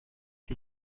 die